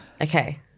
Okay